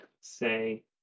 say